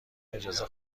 اجازه